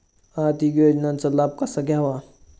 आर्थिक योजनांचा लाभ कसा घ्यावा?